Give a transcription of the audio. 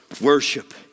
Worship